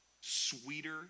sweeter